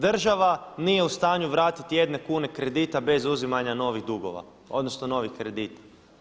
Država nije u stanju vratiti jedne kune kredita bez uzimanja novih dugova, odnosno novih kredita.